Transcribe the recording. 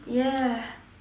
ya